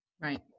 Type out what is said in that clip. Right